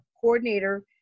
coordinator